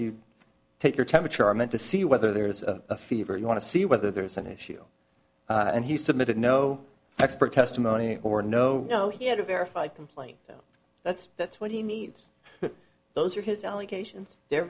you take your temperature are meant to see whether there is a fever you want to see whether there's an issue and he submitted no expert testimony or no no he had a verified complaint that's that's what he needs those are his allegations they're